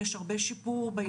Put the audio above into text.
יש עליהן פיקוח,